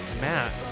Matt